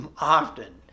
often